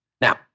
Now